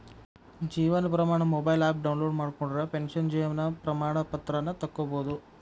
Jeevan Pramaan mobile app download ಮಾಡ್ಕೊಂಡ್ರ pension Jeevan Pramaan ಪತ್ರಾನ ತೊಕ್ಕೊಬೋದು